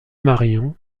marion